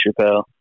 Chappelle